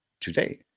today